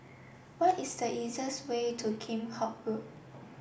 what is the easiest way to Kheam Hock Road